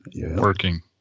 Working